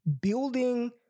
Building